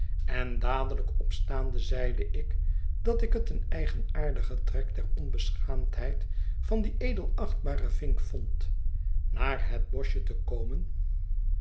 en dadelijk opstaande zeide ik dat ik het een eigenaardige trek der onbeschaamdheid van dien edelachtbaren vink vond naar het boschje te komen